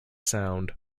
sound